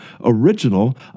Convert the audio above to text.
original